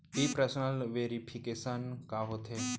In person verification का होथे?